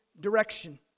direction